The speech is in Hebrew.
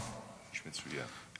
איש מצוין.